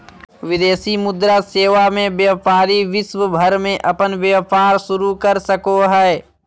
विदेशी मुद्रा सेवा मे व्यपारी विश्व भर मे अपन व्यपार शुरू कर सको हय